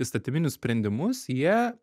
įstatyminius sprendimus jie